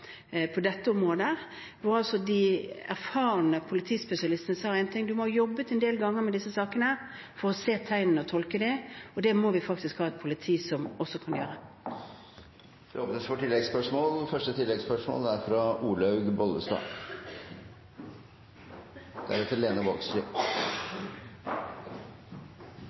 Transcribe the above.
dette området. De erfarne politispesialistene sa at man må ha jobbet en del ganger med disse sakene for å se tegnene og tolke dem, og det må vi faktisk ha et politi som også kan